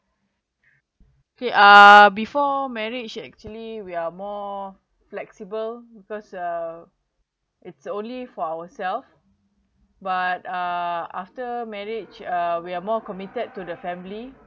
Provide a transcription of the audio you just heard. okay uh before marriage actually we are more flexible because uh it's only for ourself but uh after marriage uh we are more committed to the family